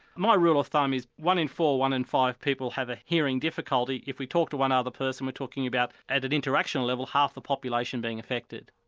my rule of thumb is one in four, one in five people have a hearing difficulty if we talked to one other person we are talking about, at an interaction level, half the population being affected.